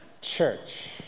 Church